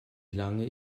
lange